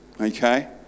Okay